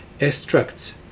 extracts